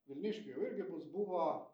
vilniškių jau irgi bus buvo